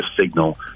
signal